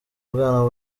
ubwana